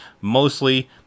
mostly